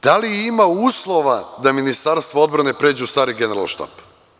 Da li ima uslova da Ministarstvo odbrane pređe u stari Generalštab?